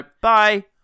bye